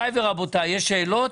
גבירותיי ורבותיי, יש שאלות?